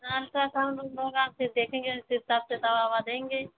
हाँ अल्ट्रासाउन्ड उन्ड होगा फिर देखेंगे उसी हिसाब से दवा ओवा देंगे